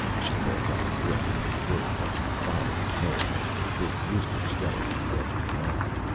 she called out, directing her words at the bobbing comb of the big rooster strutting at the edge of the mob.